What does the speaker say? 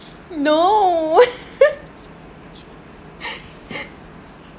no